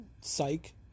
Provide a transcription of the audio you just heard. psych